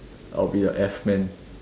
I'll be the F men